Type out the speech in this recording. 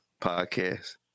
Podcast